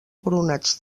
coronats